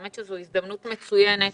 האמת היא שזאת הזדמנות מצוינת